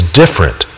different